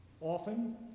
often